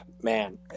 Man